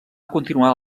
continuar